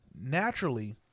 naturally